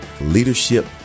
leadership